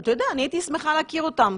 אני הייתי שמחה להכיר אותם,